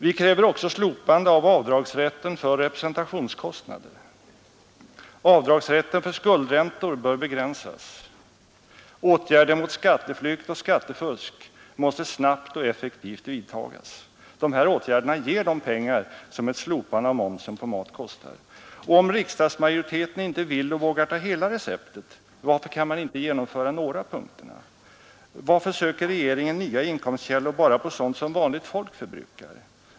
Vi kräver också slopande av avdragsrätten för representationskostnader. Avdragsrätten för skuldräntor bör begränsas. Åtgärder mot skatteflykt och skattefusk måste snabbt och effektivt vidtagas. De här åtgärderna ger de pengar som ett slopande av momsen på mat kostar. Om riksdagsmajoriteten inte vill och vågar ta hela receptet, varför kan man inte genomföra några punkter? Varför söker regeringen nya inkomstkällor bara på sådant som vanligt folk förbrukar?